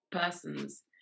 persons